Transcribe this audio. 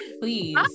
please